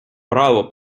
право